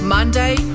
Monday